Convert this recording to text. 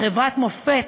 חברת מופת,